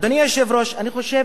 אדוני היושב-ראש, אני חושב